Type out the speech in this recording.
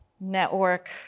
network